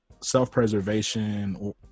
self-preservation